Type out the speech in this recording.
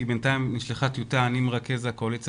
בינתיים נשלחה טיוטה - אני מרכז הקואליציה